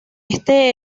este